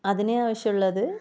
അതിനാവശ്യമുള്ളത്